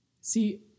See